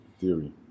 theory